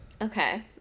Okay